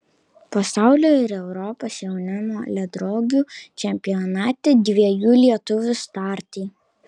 pasaulio ir europos jaunimo ledrogių čempionate dviejų lietuvių startai